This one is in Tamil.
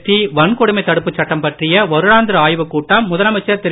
டி வன்கொடுமை தடுப்புச் சட்டம் பற்றிய வருடாந்திர ஆய்வுக் கூட்டம் முதலமைச்சர் திரு